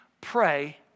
Pray